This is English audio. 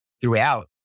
throughout